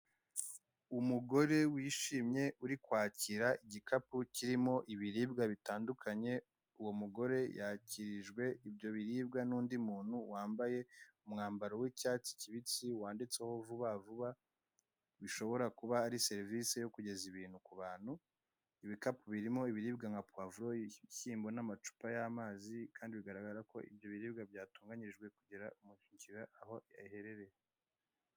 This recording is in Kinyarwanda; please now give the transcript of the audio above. Umugore wishimye uri kwakira igikapu kirimo ibiribwa bitandukanye. Uwo mugore yakirijwe ibyo biribwa n'undi muntu wambaye uibikapu birimo ibiribwa nka puwavuro